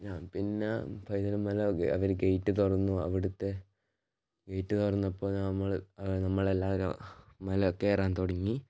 ഞാൻ പിന്നെ പൈതൽ മല അവര് ഗേറ്റ് തുറന്നു അവിടുത്തെ ഗേറ്റ് തുറന്നപ്പോൾ നമ്മള് നമ്മളെല്ലാവരും മല കയറാൻ തുടങ്ങി